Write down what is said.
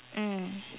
mm